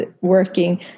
working